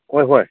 ꯍꯣꯏ ꯍꯣꯏ